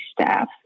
staff